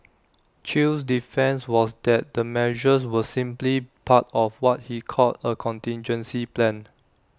chew's defence was that the measures were simply part of what he called A contingency plan